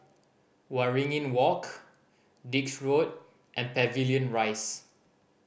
Waringin Walk Dix Road and Pavilion Rise